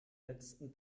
letzten